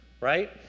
right